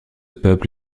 peuple